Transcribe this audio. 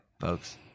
folks